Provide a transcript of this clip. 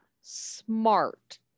smart